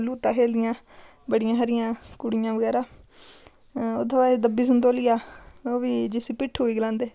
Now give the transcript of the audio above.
लूता खेलदियां बड़ियां सारियां कुड़ियां बगैरा उत्थें बाद दब्बी संतोलियां ओह् बी जिसी भिट्ठू बी गलांदे